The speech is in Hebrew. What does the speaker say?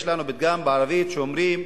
יש לנו פתגם בערבית, שאומרים: